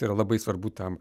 tai yra labai svarbu tam